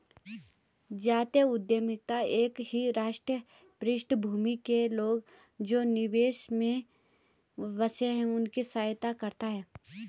जातीय उद्यमिता एक ही राष्ट्रीय पृष्ठभूमि के लोग, जो विदेश में बसे हैं उनकी सहायता करता है